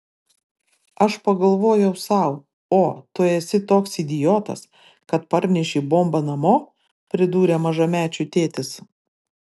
aš pagalvojau sau o tu esi toks idiotas kad parnešei bombą namo pridūrė mažamečių tėtis